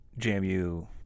JMU